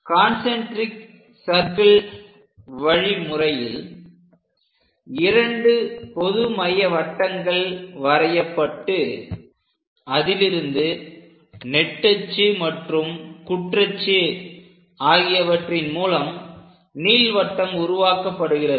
concentric circle வழி முறையில் இரண்டு பொதுமைய வட்டங்கள் வரையப்பட்டு அதிலிருந்து நெட்டச்சு மற்றும் குற்றச்சு ஆகியவற்றின் மூலம் நீள்வட்டம் உருவாக்கப்படுகிறது